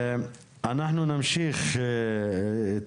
אנחנו נמשיך את